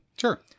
Sure